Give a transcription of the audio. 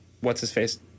What's-his-face